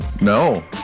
No